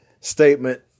statement